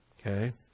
Okay